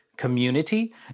community